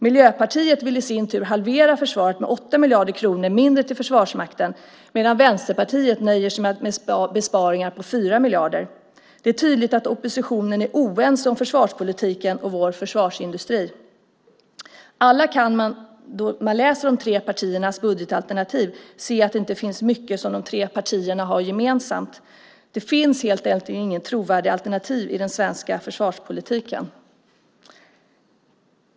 Miljöpartiet vill i sin tur halvera försvaret med 8 miljarder kronor mindre till Försvarsmakten, medan Vänsterpartiet nöjer sig med besparingar på 4 miljarder. Det är tydligt att oppositionen är oense om försvarspolitiken och vår försvarsindustri. Alla som läser de tre partiernas budgetalternativ kan se att det inte finns mycket som de tre partierna har gemensamt. Det finns helt enkelt inget trovärdigt alternativ i den svenska försvarspolitiken.